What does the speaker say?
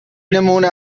نمونه